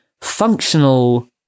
functional